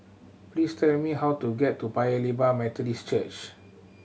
please tell me how to get to Paya Lebar Methodist Church